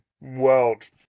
world